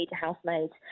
housemaids